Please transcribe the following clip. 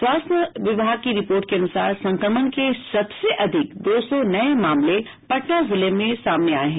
स्वास्थ्य विभाग की रिपोर्ट के अनुसार संक्रमण के सबसे अधिक दो सौ एक नये मामले पटना जिले में सामने आये हैं